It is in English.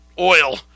oil